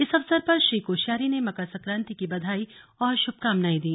इस अवसर पर श्री कोश्यारी ने मकर सक्रांति की बधाई और शुभकामनाएं दी